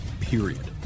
Period